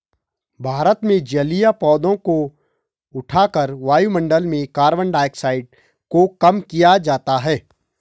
भारत में जलीय पौधों को उठाकर वायुमंडल में कार्बन डाइऑक्साइड को कम किया जाता है